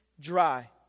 dry